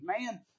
man